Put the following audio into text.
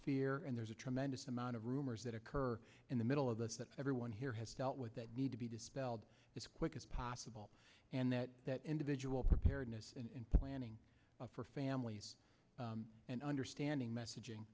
fear and there's a tremendous amount of rumors that occur in the middle of this that everyone here has dealt with that need to be dispelled as quick as possible and that that individual preparedness in planning for families and understanding messaging